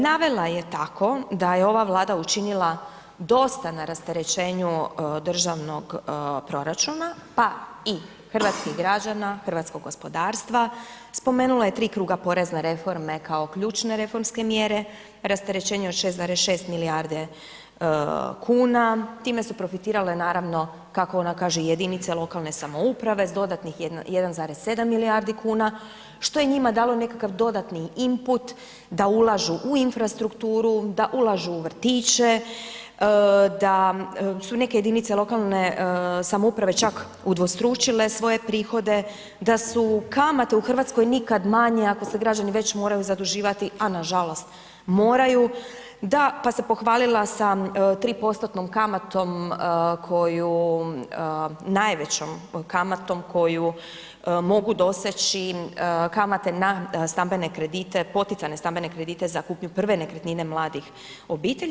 Navela je tako da je ova Vlada učinila dosta na rasterećenju državnog proračuna pa i hrvatskih građana, hrvatskog gospodarstva, spomenula je tri kruga porezne reforme kao ključne reformske mjere, rasterećenje od 6,6 milijarde kuna time su profitirale naravno kako ona kaže jedinice lokalne samouprave s dodatnih 1,7 milijardi kuna što je njima dalo nekakav dodatni input da ulažu u infrastrukturu, da ulažu u vrtiće, da su neke jedinice lokalne samouprave čak udvostručile svoje prihode, da su kamate u Hrvatskoj nikad manje, ako se građani već moraju zaduživati, a nažalost moraju, pa se pohvalila sa 3%-tnom kamatom koju najvećom kamatom koju mogu doseći kamate na stambene kredite, poticajne stambene kredite za kupnju prve nekretnine mladih obitelji.